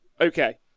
Okay